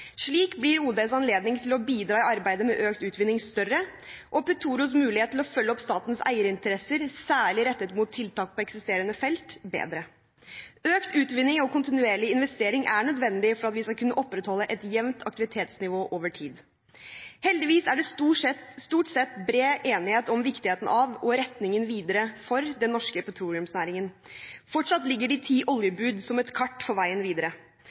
Slik blir ODs anledning til å bidra i arbeidet med økt utvinning større og Petoros mulighet til å følge opp statens eierinteresser, særlig rettet mot tiltak på eksisterende felt, bedre. Økt utvinning og kontinuerlig investering er nødvendig for at vi skal kunne opprettholde et jevnt aktivitetsnivå over tid. Heldigvis er det stort sett bred enighet om viktigheten av, og retningen videre for, den norske petroleumsnæringen. Fortsatt ligger de ti oljebud som et kart for veien videre.